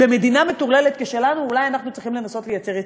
במדינה מטורללת כשלנו אולי אנחנו צריכים לנסות לייצר יציבות,